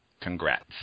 Congrats